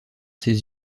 ses